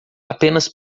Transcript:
apenas